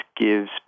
gives